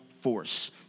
force